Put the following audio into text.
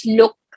look